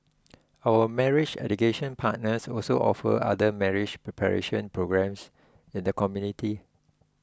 our marriage education partners also offer other marriage preparation programmes in the community